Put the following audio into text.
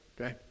Okay